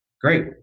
Great